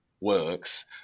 works